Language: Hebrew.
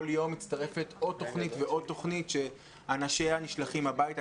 כל יום מצטרפת עוד תכנית ועוד תכנית שאנשיה נשלחים הביתה,